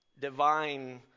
divine